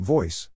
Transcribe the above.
Voice